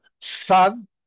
sun